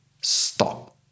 stop